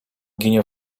ginie